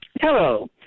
Hello